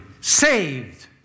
Saved